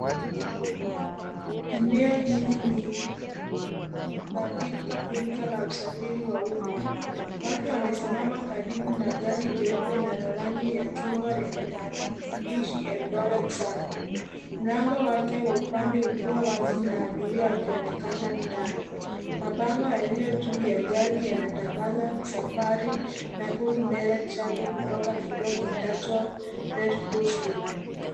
Eneo hili ni la pilkapilka la usafiri wa uma. Watu wamesimama karibu na gari jeupe na la rangi ya chungwa lenye maandishi (cs)Eldoret sacco(cs), Mlango wake wa upande ukiwa wazi na abiria wakionekana ndani. Mabango yaliyo juu ya gari yanatangaza safari Nakuru (cs)direct shuttle(cs) kutoka kituo kiitwacho (cs) Red Cross Road(cs).